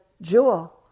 jewel